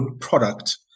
product